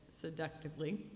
seductively